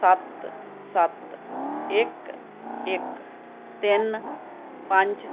ਸੱਤ ਸੱਤ ਇੱਕ ਇੱਕ ਤਿੰਨ ਪੰਜ